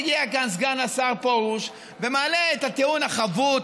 מגיע כאן סגן השר פרוש ומעלה את הטיעון החבוט,